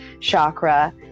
chakra